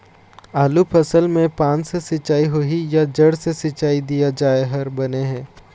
आलू फसल मे पान से सिचाई होही या जड़ से सिचाई दिया जाय हर बने हे?